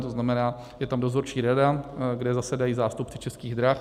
To znamená, je tam dozorčí rada, kde zasedají zástupci Českých drah.